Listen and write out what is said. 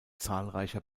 zahlreicher